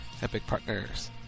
EpicPartners